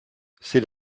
c’est